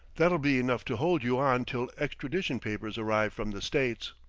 that'll be enough to hold you on till extradition papers arrive from the states.